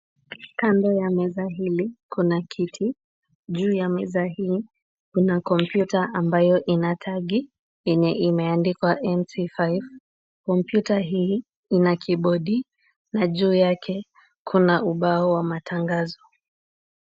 Kando ya meza hili kuna kiti. Juu ya meza hii kuna kompyuta ambayo ina tagi yenye imeandikwa NC5. Kompyuta hii ina kibodi na juu yake kuna ubao wa matangazo.